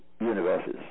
universes